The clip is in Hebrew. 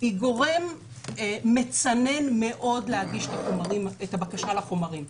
היא גורם מצנן מאוד להגיש את הבקשה לחומרים.